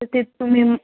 तर ते तुम्ही